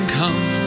come